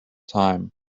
time